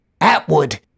Atwood